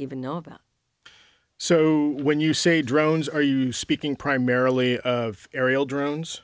even know about so when you say drones are you speaking primarily of aerial drones